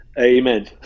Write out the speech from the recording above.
Amen